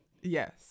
Yes